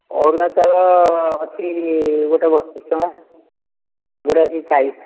ଅରୁଆ ଚାଉଳ ଅଛି ଗୋଟେ ବତିଶ ଟଙ୍କା ଗୋଟେ ଅଛି ଚାଳିଶ